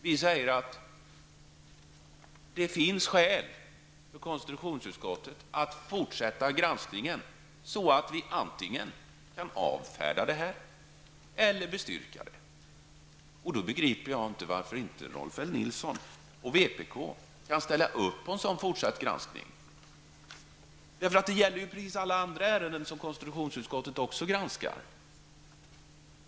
Vi säger att det finns skäl för konstitutionsutskottet att fortsätta granskningen så att utskottet antingen kan avfärda eller bestyrka ärendet. Jag begriper inte varför Rolf L Nilson och vänsterpartiet inte kan ställa upp på en fortsatt sådan granskning. Detta gäller också alla andra ärenden som konstitutionsutskottet granskar.